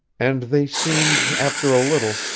and they seemed, after a little,